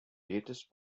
latest